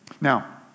Now